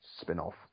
spin-off